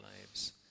lives